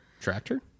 tractor